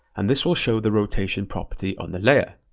and this will show the rotation property on the layer.